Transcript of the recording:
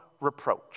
reproach